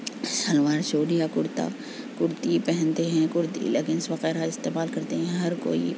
shalwar suit یا کرتا کرتی پہنتے ہیں کرتی لیگیز وغیرہ استعمال کرتے ہیں ہر کوئی